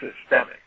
systemic